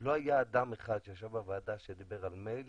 לא היה אדם אחד שישב בוועדה שדיבר על מייל